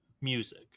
music